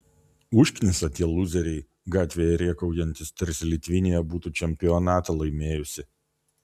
užknisa tie lūzeriai gatvėje rėkaujantys tarsi litvinija būtų čempionatą laimėjusi